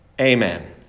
Amen